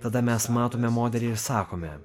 tada mes matome modelį ir sakome